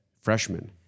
freshman